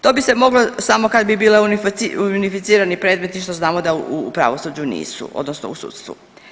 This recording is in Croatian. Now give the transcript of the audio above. To bi se moglo samo kad bi bili unificirani predmeti što znamo da u pravosuđu nisu, odnosno u sudstvu.